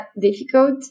difficult